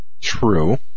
True